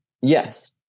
Yes